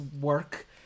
work